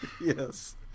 Yes